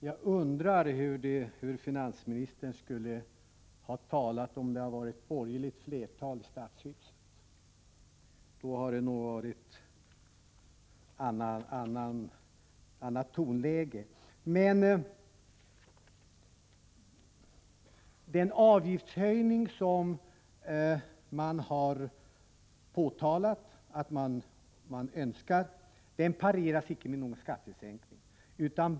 Herr talman! Jag undrar hur finansministern skulle ha talat om det hade varit borgerligt flertal i stadshuset. Då hade det nog varit ett annat tonläge. Den avgiftshöjning som man har sagt sig önska pareras icke med någon skattesänkning.